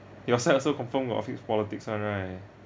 your side also confirmed got of its politics [one] right